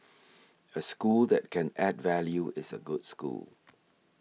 a school that can add value is a good school